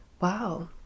wow